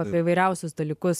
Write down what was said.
apie įvairiausius dalykus